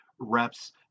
reps